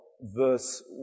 verse